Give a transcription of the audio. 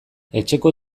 etxeko